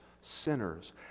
sinners